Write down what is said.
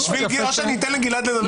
בשביל --- או שאני אתן לגלעד לנמק.